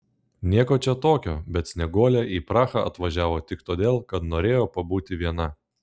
nieko čia tokio bet snieguolė į prahą atvažiavo tik todėl kad norėjo pabūti viena